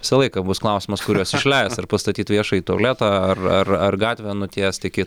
visą laiką bus klausimas kur juos išleist ar pastatyt viešąjį tualetą ar ar ar gatvę nutiest iki